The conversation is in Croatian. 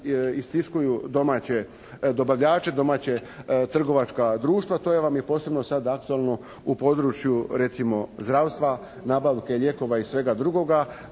istiskuju domaće dobavljače, domaća trgovačka društva. To vam je posebno aktualno u području recimo zdravstva, nabavke lijekova i svega drugoga,